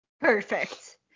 Perfect